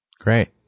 Great